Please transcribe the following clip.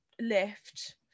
lift